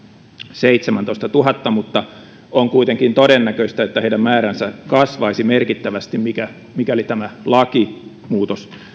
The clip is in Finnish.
seitsemäntoistatuhatta mutta on kuitenkin todennäköistä että heidän määränsä kasvaisi merkittävästi mikäli tämä lakimuutos